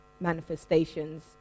manifestations